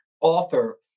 author